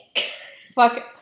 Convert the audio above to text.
fuck